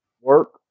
work